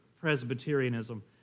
Presbyterianism